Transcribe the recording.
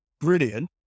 brilliant